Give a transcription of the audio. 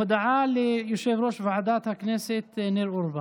הודעה ליושב-ראש ועדת הכנסת ניר אורבך.